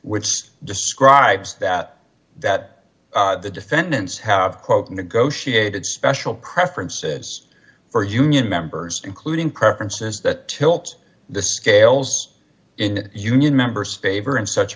which describes that that the defendants have quote negotiated special preferences for union members including preferences that tilt the scales in union members favor in such